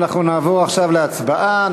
אנחנו נעבור עכשיו להצבעה.